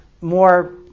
more